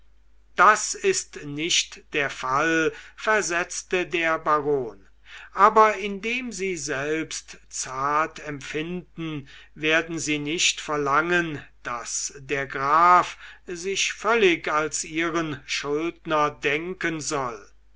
das ist nicht der fall versetzte der baron aber indem sie selbst zart empfinden werden sie nicht verlangen daß der graf sich völlig als ihren schuldner denken soll